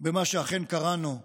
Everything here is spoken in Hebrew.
במה שאכן קראנו לו "משילות"